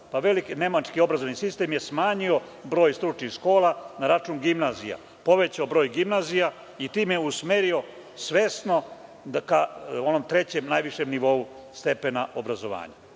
Veliki nemački obrazovni sistem je smanjio broj stručnih škola na račun gimnazija, povećao broj gimnazija i time usmerio svesno ka onom trećem najvišem nivou stepena obrazovanja. Mislim